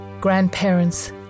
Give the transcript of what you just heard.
Grandparents